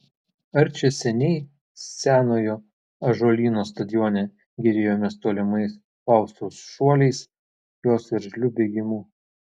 ar čia seniai senojo ąžuolyno stadione gėrėjomės tolimais faustos šuoliais jos veržliu bėgimu